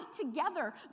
together